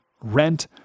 rent